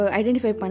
identify